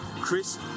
Chris